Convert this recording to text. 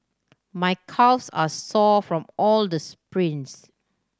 my calves are sore from all the sprints